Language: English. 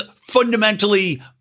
fundamentally